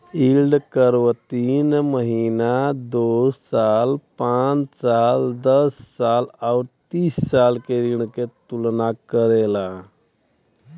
yield curve तीन महीना, दो साल, पांच साल, दस साल आउर तीस साल के ऋण क तुलना करला